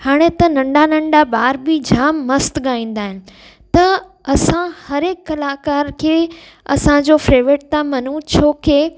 हाणे त नंढा नंढा ॿार बि जाम मस्तु ॻाईंदा आहिनि त असां हरुहिक कलाकार खे असांजो फेविरेट था मञू छो की